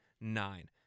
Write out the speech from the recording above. nine